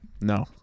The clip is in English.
No